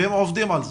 והם עובדים על זה.